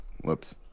whoops